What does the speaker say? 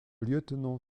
lieutenant